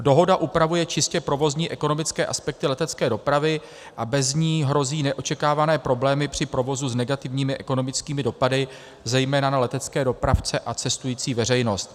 Dohoda upravuje čistě provozní ekonomické aspekty letecké dopravy a bez ní hrozí neočekávané problémy při provozu s negativními ekonomickými dopady zejména na letecké dopravce a cestující veřejnost.